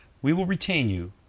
we will retain you,